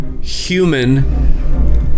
human